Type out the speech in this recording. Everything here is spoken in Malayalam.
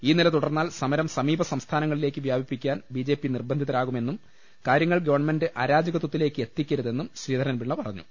ഈ നില തുടർന്നാൽ സമരം സമീപ സംസ്ഥാ നങ്ങളിലേക്ക് വ്യാപിപ്പിക്കാൻ ബിജെപി നിർബന്ധിതരാകുമെന്നും കാര്യ ങ്ങൾ ഗവൺമെന്റ് അരാജകത്വത്തിലേക്ക് എത്തിക്കരുതെന്നും ശ്രീധ രൻപിള്ള പറഞ്ഞു